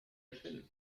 الفيلم